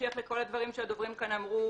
בהמשך לכל הדברים שהדוברים כאן אמרו,